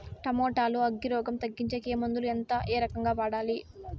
Tomato లో అగ్గి రోగం తగ్గించేకి ఏ మందులు? ఎంత? ఏ రకంగా వాడాలి?